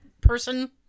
person